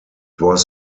was